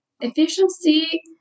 Efficiency